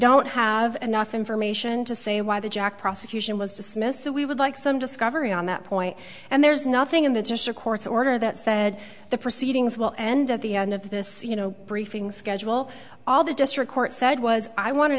don't have enough information to say why the jack prosecution was dismissed so we would like some discovery on that point and there's nothing in the just a court's order that said the proceedings will end at the end of this you know briefing schedule all the district court said was i want to